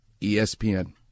espn